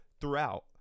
throughout –